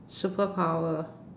superpower